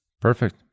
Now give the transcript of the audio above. Perfect